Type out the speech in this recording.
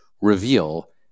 reveal